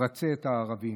רצה את הערבים.